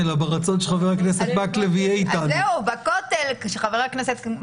הבאה שתדבר היא בקי קשת,